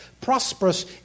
prosperous